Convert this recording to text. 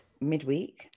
midweek